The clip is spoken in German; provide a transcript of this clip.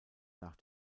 nach